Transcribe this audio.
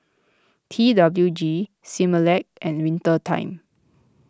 T W G Similac and Winter Time